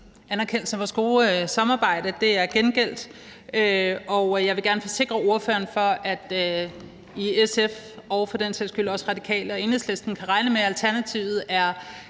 anerkendelsen af vores gode samarbejde. Det er gengældt, og jeg vil gerne forsikre ordføreren om, at SF og for den sags skyld også Radikale og Enhedslisten kan regne med, at Alternativet er